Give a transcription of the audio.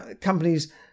companies